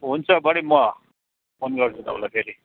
हुन्छ बडी म फोन गर्छु तपाईँलाई फेरि हुन्छ